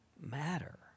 matter